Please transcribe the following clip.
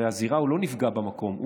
הרי הוא לא נפגע במקום,